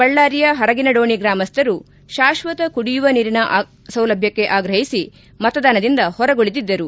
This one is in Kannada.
ಬಳ್ಳಾರಿಯ ಪರಗಿನಡೋಣಿ ಗ್ರಾಮಸ್ಥರು ಶಾಶ್ವತ ಕುಡಿಯುವ ನೀರಿನ ಸೌಲಭ್ಯಕ್ಕೆ ಆಗ್ರಹಿಸಿ ಮತದಾನದಿಂದ ಹೊರಗುಳಿದಿದ್ದರು